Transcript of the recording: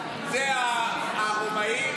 זה הרומאים,